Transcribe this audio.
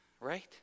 right